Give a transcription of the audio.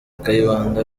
kayibanda